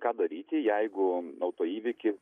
ką daryti jeigu autoįvyky